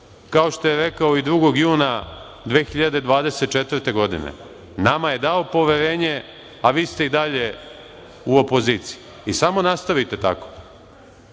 kao što je rekao i 2. juna 2024. godine. Nama je dao poverenje, a vi ste i dalje u opoziciji. I samo nastavite tako.